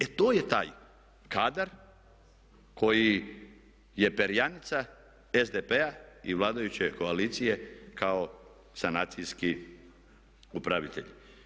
E to je taj kadar koji je perjanica SDP-a i vladajuće koalicije kao sanacijski upravitelj.